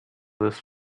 this